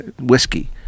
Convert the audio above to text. whiskey